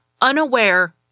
unaware